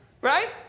right